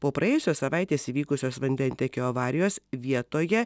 po praėjusios savaitės įvykusios vandentiekio avarijos vietoje